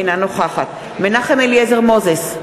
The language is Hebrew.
אינה נוכחת מנחם אליעזר מוזס,